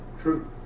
true